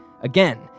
again